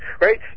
Right